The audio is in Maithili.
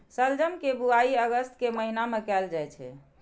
शलजम के बुआइ अगस्त के महीना मे कैल जाइ छै